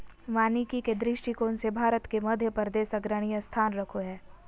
वानिकी के दृष्टिकोण से भारत मे मध्यप्रदेश अग्रणी स्थान रखो हय